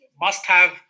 must-have